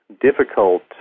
difficult